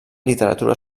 literatura